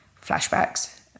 flashbacks